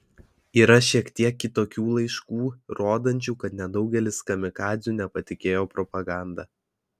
yra šiek tiek kitokių laiškų rodančių kad nedaugelis kamikadzių nepatikėjo propaganda